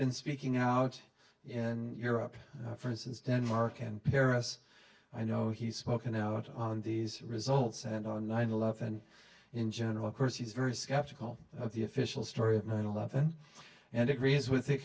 been speaking out in europe for instance denmark and paris i know he's spoken out on these results and on nine eleven in general of course he's very skeptical of the official story of nine eleven and agrees with th